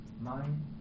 mind